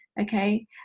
okay